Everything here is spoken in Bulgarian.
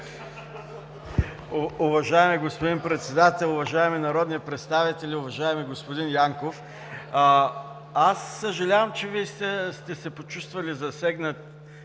Уважаеми господин Председател, уважаеми народни представители. Уважаеми господин Янков, съжалявам, че Вие сте се почувствали засегнат